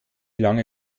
lange